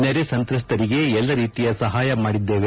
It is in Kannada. ನೆರೆ ಸಂತ್ರಸ್ತರಿಗೆ ಎಲ್ಲ ರೀತಿಯ ಸಹಾಯ ಮಾಡಿದ್ದೇವೆ